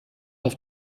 auf